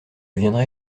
viendrai